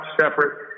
separate